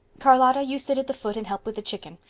charlotta, you sit at the foot and help with the chicken.